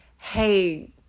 hey